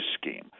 scheme